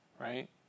right